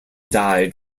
died